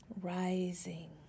rising